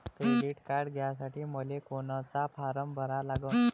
Credit card घ्यासाठी मले कोनचा फारम भरा लागन?